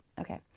okay